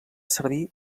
servir